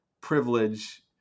privilege